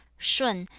shun,